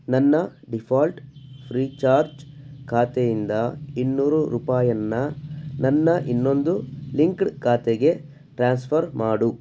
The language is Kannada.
ನನ್ನ ಡಿಫಾಲ್ಟ್ ಫ್ರೀ ಚಾರ್ಜ್ ಖಾತೆಯಿಂದ ಇನ್ನೂರು ರೂಪಾಯಿಯನ್ನ ನನ್ನ ಇನ್ನೊಂದು ಲಿಂಕ್ಡ್ ಖಾತೆಗೆ ಟ್ರಾನ್ಸ್ಫರ್ ಮಾಡು